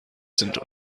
sind